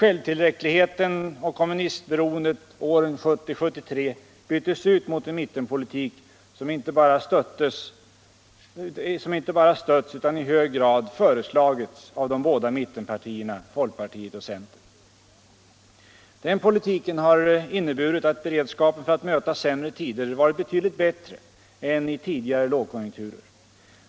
Självtillräckligheten och kommunistberoendet åren 1970-1973 byttes ut mot en mittenpolitik som inte bara stötts utan i hög grad föreslagits av de båda mittenpartierna, folkpartiet och centern. Den politiken har inneburit att beredskapen för att möta sämre tider varit betydligt bättre än inför tidigare lågkonjunkturer.